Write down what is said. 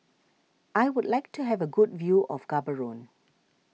I would like to have a good view of Gaborone